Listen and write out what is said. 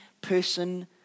person